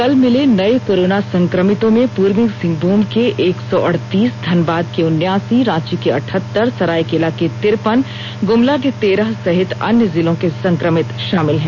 कल मिले नए कोरोना संक्रमितों में पूर्वी सिंहभूम के एक सौ अढ़तीस धनबाद के उन्यासी रांची के अठहतर सरायकेला के तिरपन गुमला के तेरह सहित अन्य जिलों के संक्रमित शामिल हैं